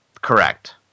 Correct